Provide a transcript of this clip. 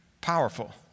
powerful